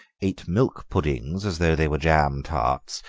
ate milk puddings as though they were jam tarts,